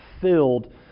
filled